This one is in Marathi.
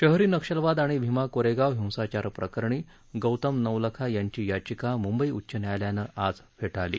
शहरी नक्षलवाद अणि भीमा कोरेगाव हिंसाचार प्रकरणी गौतम नवलखा यांची याचिका मुंबई उच्च न्यायालयानं आज फेटाळली